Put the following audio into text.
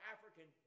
African